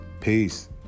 Peace